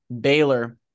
Baylor